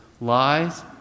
lies